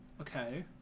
okay